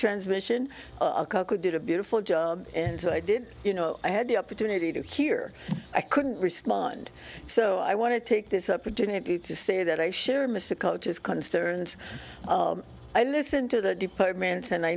transmission did a beautiful job and so i did you know i had the opportunity to hear i couldn't respond so i want to take this opportunity to say that i sure miss the coach is concerned i listen to the departments and i